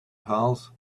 pals